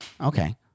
Okay